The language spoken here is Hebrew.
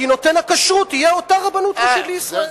כי נותן הכשרות יהיה אותה רבנות ראשית לישראל.